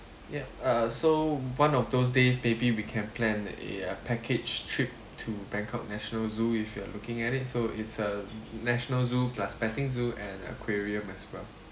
ya uh so one of those days maybe we can plan a uh package trip to bangkok national zoo if you are looking at it so it's a national zoo plus petting zoo and aquarium as well